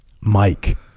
Mike